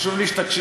חשוב לי שתקשיב.